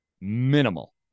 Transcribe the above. minimal